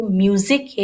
music